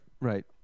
Right